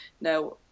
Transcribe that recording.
Now